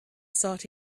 sought